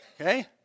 Okay